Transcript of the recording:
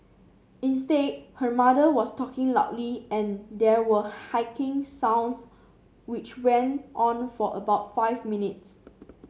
instead her mother was talking loudly and there were hacking sounds which went on for about five minutes